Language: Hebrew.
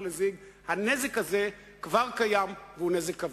לזיג הנזק הזה כבר קיים והוא נזק כבד.